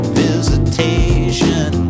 visitation